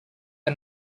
the